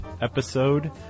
episode